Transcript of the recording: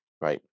Right